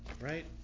right